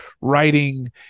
writing